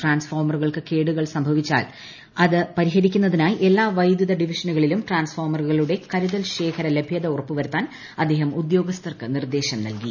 ട്രാൻസ്ഫോമറ്റുകൾക്ക് കേടുപാടുകൾ സംഭവിച്ചാൽ അത് പരിഹരിക്കുന്നതിനായി എല്ലാ വൈദ്യുത ഡിവിഷനുകളിലും ട്രാൻസ്ഫോമറുകളുടെ കരുതൽ ശേഖരം ലഭൃത ഉറപ്പുവരുത്താൻ അദ്ദേഹം ഉദ്യോഗസ്ഥർക്ക് നിർദ്ദേശം നൽകി